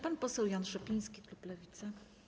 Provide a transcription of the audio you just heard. Pan poseł Jan Szopiński, klub Lewica.